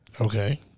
Okay